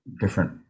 different